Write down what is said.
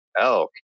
elk